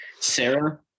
Sarah